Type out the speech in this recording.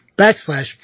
backslash